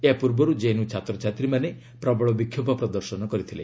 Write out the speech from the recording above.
ଏହା ପର୍ବର୍ ଜେଏନ୍ୟୁ ଛାତ୍ରଛାତ୍ରୀମାନେ ପ୍ରବଳ ବିକ୍ଷୋଭ ପ୍ରଦର୍ଶନ କରିଥିଲେ